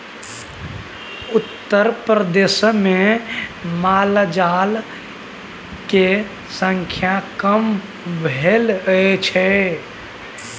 उत्तरप्रदेशमे मालजाल केर संख्या कम भेल छै